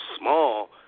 small